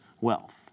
wealth